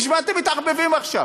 בשביל מה אתם מתערבבים עכשיו?